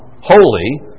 holy